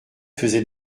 faisait